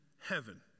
heaven